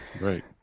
right